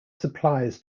supplies